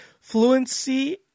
fluency